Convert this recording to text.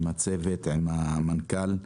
עם הצוות, עם המנכ"ל,